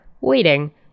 waiting